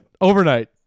Overnight